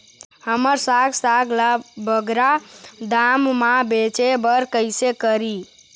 हमर साग साग ला बगरा दाम मा बेचे बर कइसे करी?